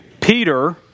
Peter